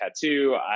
tattoo